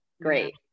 great